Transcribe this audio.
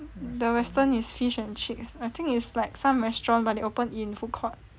the western is fish and chip I think is like some restaurant but they open in food court